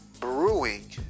brewing